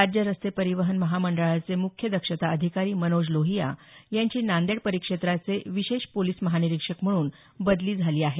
राज्य रस्ते परिवहन मंहामंडळाचे मुख्य दक्षता अधिकारी मनोज लोहिया यांची नांदेड परिक्षेत्राचे विशेष पोलीस महानिरीक्षक म्हणून बदली झाली आहे